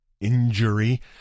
Injury